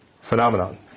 phenomenon